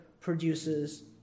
produces